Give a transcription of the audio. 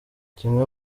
kimwe